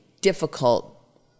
difficult